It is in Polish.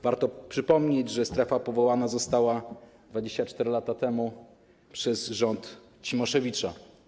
Warto przypomnieć, że strefa została powołana 24 lata temu przez rząd Cimoszewicza.